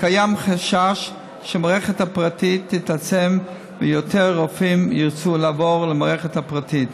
קיים חשש שהמערכת הפרטית תתעצם ויותר רופאים ירצו לעבור למערכת הפרטית.